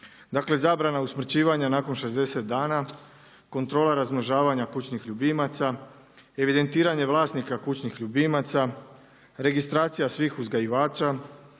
Dakle zabrana usmrćivanja nakon 60 dana, kontrola razmnožavanja kućnih ljubimaca, evidentiranje vlasnika kućnih ljubimaca, registracija svih uzgajivača,